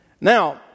Now